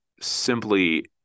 simply